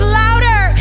louder